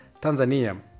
Tanzania